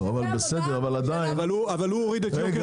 אבל הוא מוריד את יוקר